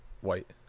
white